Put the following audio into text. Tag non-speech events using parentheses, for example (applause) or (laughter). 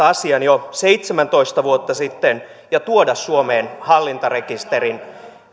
(unintelligible) asian jo seitsemäntoista vuotta sitten ja tuoda suomeen hallintarekisterin